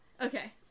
Okay